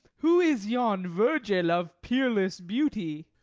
who is yon virgin of peerless beauty?